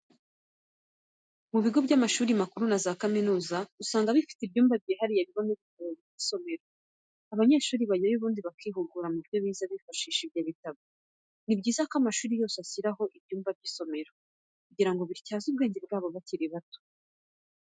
Mu bigo by'amashuri makuru na za kaminuza, usanga bifite ibyumba byihariye bibamo ibitabo bita isomero. Abanyeshuri bajyayo ubundi bakihugura mubyo bize bifashishije ibyo bitabo. Nibyiza ko amashuri yose ashyiraho ibyumba by'isomero kugira ngo bityaze ubwenge bwabo bakiri bato.